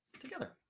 together